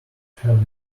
have